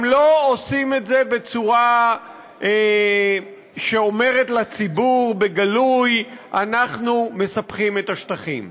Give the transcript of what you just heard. הם לא עושים את זה בצורה שאומרת לציבור בגלוי: אנחנו מספחים את השטחים.